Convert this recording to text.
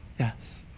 Yes